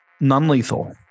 non-lethal